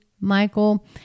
Michael